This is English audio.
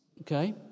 Okay